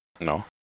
No